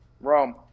Rome